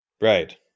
Right